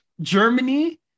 Germany